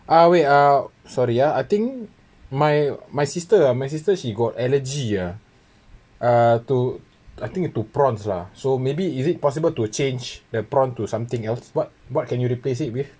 uh wait uh sorry ya I think my my sister uh my sister she got allergy uh uh to I think to prawns lah so maybe is it possible to change the prawn to something else what what can you replace it with